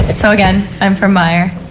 and so again i'm from meyer.